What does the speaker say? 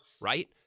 right